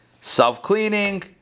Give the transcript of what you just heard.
self-cleaning